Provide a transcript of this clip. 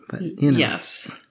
Yes